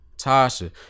Tasha